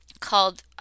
called